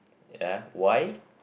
ya why